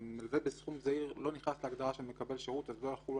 הם צריכים הוכחות לכל דבר ואתה אפילו לא יודע למה.